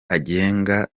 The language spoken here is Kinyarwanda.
agenga